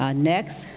um next,